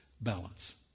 balance